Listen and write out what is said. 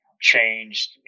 changed